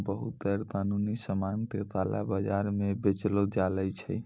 बहुते गैरकानूनी सामान का काला बाजार म बेचलो जाय छै